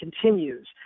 continues